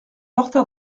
portes